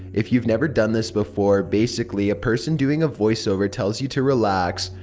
if you have never done this before, basically a person doing a voiceover tells you to relax,